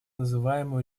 называемую